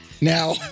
Now